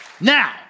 Now